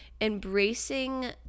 embracing